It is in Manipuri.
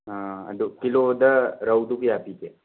ꯑꯗꯨ ꯀꯤꯂꯣꯗ ꯔꯧꯗꯨ ꯀꯌꯥ ꯄꯤꯒꯦ